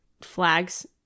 flags